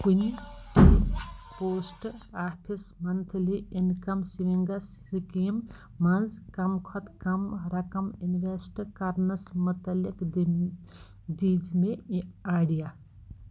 کُنہِ post office monthly income savings scheme منٛز کَم کھۄتہٕ کَم رقم اِنوٮ۪سٹ کَرنَس مُتعلِق دِم دیٖزِ مےٚ یہِ آیڈِیا